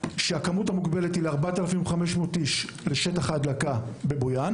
כאשר הכמות מוגבלת ל-4,500 אנשים לשטח ההדלקה בבויאן